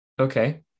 okay